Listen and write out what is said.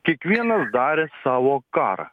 kiekvienas darė savo karą